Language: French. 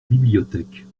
bibliothèque